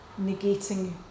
negating